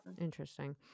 Interesting